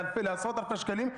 לעשרות אלפי שקלים,